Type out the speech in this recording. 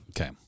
Okay